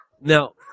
Now